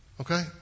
Okay